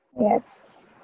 Yes